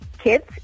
kids